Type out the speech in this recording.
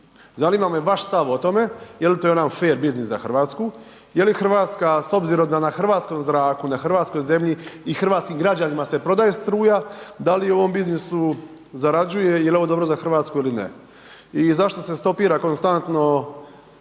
Zanima me vaš stav o tome, je li to jedan fer biznis za Hrvatsku, je li Hrvatska s obzirom da na hrvatskom zraku, na hrvatskoj zemlji i hrvatskim građanima se prodaje struja, da li u ovom biznisu zarađuje i je li ovo dobro za Hrvatsku ili ne? I zašto se stopira konstantno